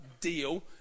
deal